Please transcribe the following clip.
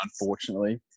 unfortunately